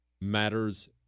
matters